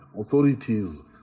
authorities